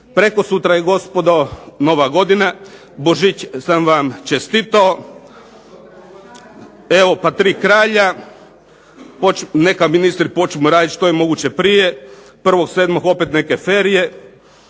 Prekosutra je gospodo Nova godina, Božić sam vam čestitao, pa Tri kralja, neka ministri počnu radit što je moguće prije, 1.7. opet neke ferije,